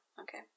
Okay